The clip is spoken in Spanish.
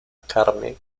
carne